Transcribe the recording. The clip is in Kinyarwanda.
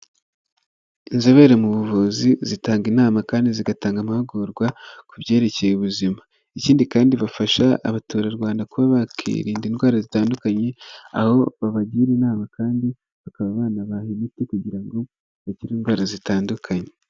Inzobere mu buvuzi zitanga inama kandi zigatanga amahugurwa ku byerekeye ubuzima. Ikindi kandi, bafasha abaturarwanda kuba bakirinda indwara zitandukanye aho babagira inama kandi bakaba banabaha imiti kugira ngo bakire indwara zitandukanye.